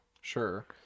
Sure